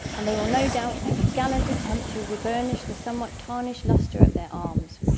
and they will no doubt make a gallant attempt to re-burnish the somewhat tarnished lustre of their arms.